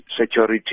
security